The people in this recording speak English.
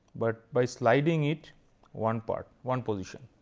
but by sliding it one part one position.